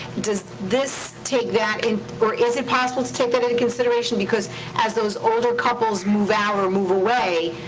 does this take that in. or is it possible to take that into consideration? because as those older couples move out or move away,